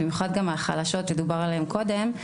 במיוחד החלשות שדובר עליהן קודם,